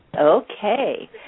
Okay